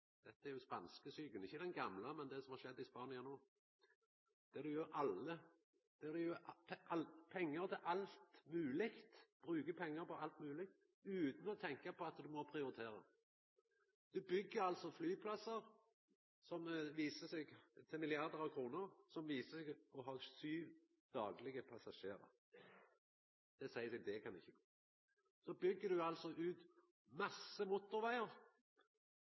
dette er jo Spania, dette er spanskesjuka, ikkje den gamle, men den som har vore i Spania no, der du bruker pengar på alt mogleg utan å tenkja på at du må prioritera. Du byggjer altså flyplassar til milliardar av kroner som viser seg å ha sju daglege passasjerar. Det seier seg sjølv at det kan ikkje gå. Så byggjer du altså ut